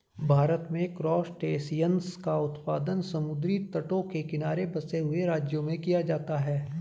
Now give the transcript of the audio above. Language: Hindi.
भारत में क्रासटेशियंस का उत्पादन समुद्री तटों के किनारे बसे हुए राज्यों में किया जाता है